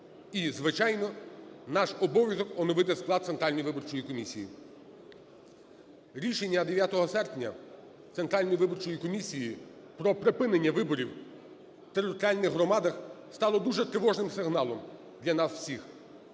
І, звичайно, наш обов'язок – оновити склад Центральної виборчої комісії. Рішення 9 серпня Центральною виборчою комісією про припинення виборів у територіальних громадах стало дуже тривожним сигналом для нас всіх,